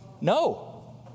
No